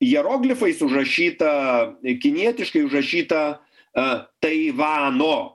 hieroglifais užrašyta kinietiškai užrašyta taivano